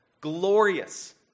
Glorious